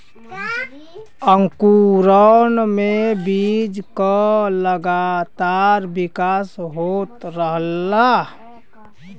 अंकुरण में बीज क लगातार विकास होत रहला